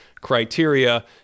criteria